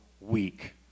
week